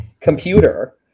computer